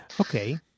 Okay